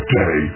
day